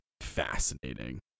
fascinating